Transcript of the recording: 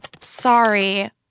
Sorry